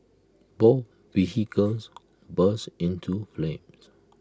both vehicles burst into flames